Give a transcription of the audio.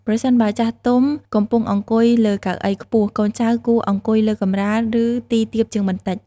ប្រសិនបើចាស់ទុំកំពុងអង្គុយលើកៅអីខ្ពស់ កូនចៅគួរអង្គុយលើកម្រាល ឬទីទាបជាងបន្តិច។